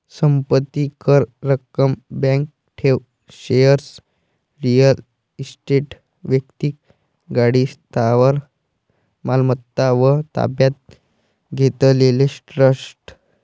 संपत्ती कर, रक्कम, बँक ठेव, शेअर्स, रिअल इस्टेट, वैक्तिक गाडी, स्थावर मालमत्ता व ताब्यात घेतलेले ट्रस्ट